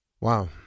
Wow